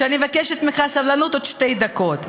שאני מבקשת ממך סבלנות עוד שתי דקות.